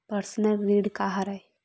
Personal ऋण का हरय?